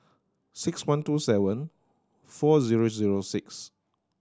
six one two seven four zero zero six